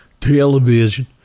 television